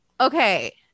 Okay